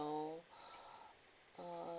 uh